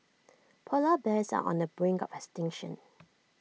Polar Bears are on the brink of extinction